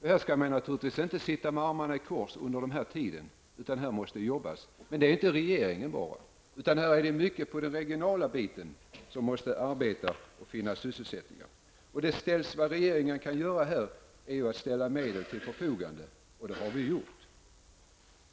Man skall naturligtvis inte sitta med armarna i kors under denna tid, utan man måste jobba. Men det är inte bara regeringen som skall jobba, utan man måste på det regionala planet arbeta för att finna sysselsättning. Vad regeringen kan göra är att ställa medel till förfogande, och det har den gjort.